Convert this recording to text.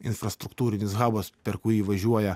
infrastruktūrinis habas per kurį važiuoja